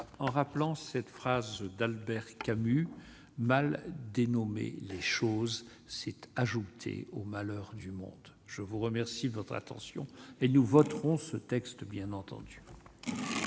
en rappelant cette phrase d'Albert Camus : Mal nommer les choses c'est ajouter au malheur du monde, je vous remercie de votre attention et nous voterons ce texte bien entendu.